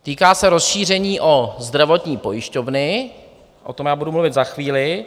Týká se rozšíření o zdravotní pojišťovny, o tom budu mluvit za chvíli.